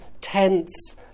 tents